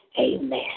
Amen